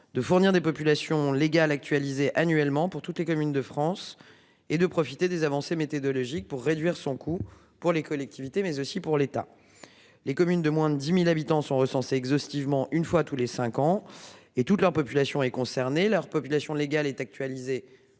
De fournir des populations légales actualisée annuellement pour toutes les communes de France et de profiter des avancées méthodologiques pour réduire son coût pour les collectivités, mais aussi pour l'État. Les communes de moins de 10.000 habitants sont recensés exhaustivement une fois tous les 5 ans et toute la population est concernée. Leur population légale est actualisé